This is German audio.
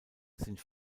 sind